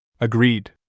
Agreed